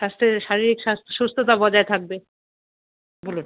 স্বাস্থ্যের শারীরিক স্বাস্থ্য সুস্থতা বজায় থাকবে বলুন